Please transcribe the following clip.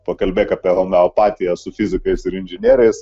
pakalbėk apie homeopatiją su fizikais ir inžinieriais